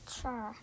sure